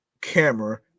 camera